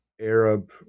Arab